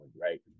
right